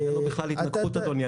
אין כאן בכלל התנגחות אדוני.